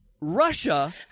Russia